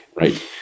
right